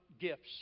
gifts